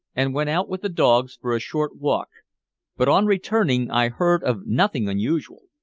and went out with the dogs for a short walk but on returning i heard of nothing unusual,